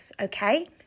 okay